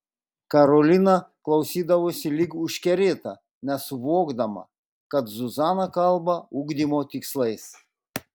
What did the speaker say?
karolina klausydavosi lyg užkerėta nesuvokdama kad zuzana kalba ugdymo tikslais